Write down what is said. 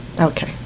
Okay